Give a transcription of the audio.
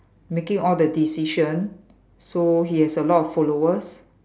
making all the decision so he has a lot of followers